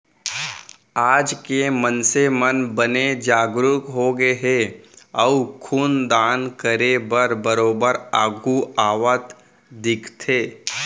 आज के मनसे मन बने जागरूक होगे हे अउ खून दान करे बर बरोबर आघू आवत दिखथे